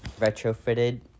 retrofitted